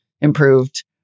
improved